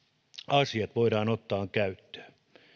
asiat voidaan ottaa käyttöön